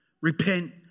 repent